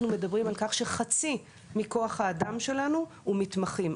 מדברים על כך שחצי מכוח האדם שלנו הוא מתמחים.